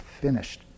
finished